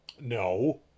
No